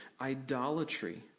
idolatry